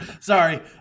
sorry